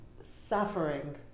suffering